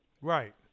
right